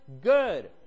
good